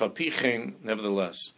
Nevertheless